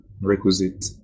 requisite